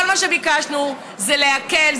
כל מה שביקשנו זה להקל,